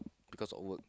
because of work